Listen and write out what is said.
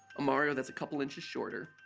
mario that's a couple inches shorter